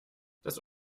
das